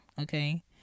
okay